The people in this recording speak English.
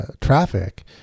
traffic